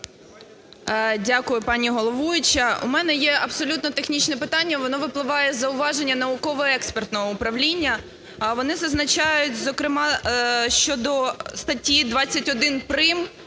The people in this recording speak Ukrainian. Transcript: Дякую, пані головуюча. У мене є абсолютно технічне питання, воно випливає з зауваження науково-експертного управління. Вони зазначають, зокрема, щодо статті 21 прим.